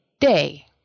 day